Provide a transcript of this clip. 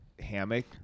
hammock